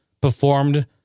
performed